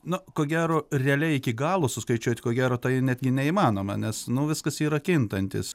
na ko gero realiai iki galo suskaičiuot ko gero tai netgi neįmanoma nes nu viskas yra kintantis